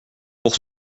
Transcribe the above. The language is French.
pour